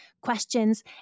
questions